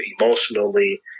emotionally